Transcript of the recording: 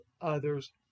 others